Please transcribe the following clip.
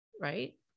right